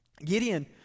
Gideon